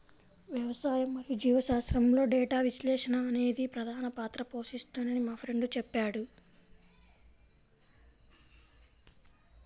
వ్యవసాయం మరియు జీవశాస్త్రంలో డేటా విశ్లేషణ అనేది ప్రధాన పాత్ర పోషిస్తుందని మా ఫ్రెండు చెప్పాడు